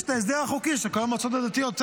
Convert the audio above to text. יש את ההסדר החוקי של כל המועצות הדתיות,